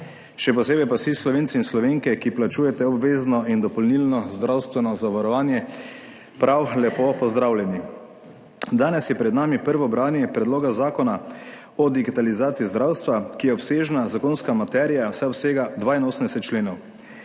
še posebej pa vsi Slovenci in Slovenke, ki plačujete obvezno in dopolnilno zdravstveno zavarovanje, prav lepo pozdravljeni. Danes je pred nami prvo branje predloga zakona o digitalizaciji zdravstva, ki je obsežna zakonska materija, saj obsega 82 členov.